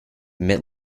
mid